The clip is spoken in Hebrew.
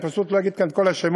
אני פשוט לא אגיד כאן את כל השמות,